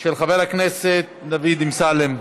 של חבר הכנסת דוד אמסלם.